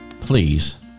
Please